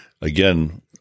again